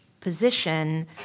position